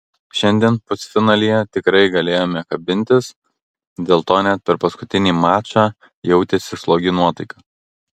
šiandien pusfinalyje tikrai galėjome kabintis dėl to net per paskutinį mačą jautėsi slogi nuotaika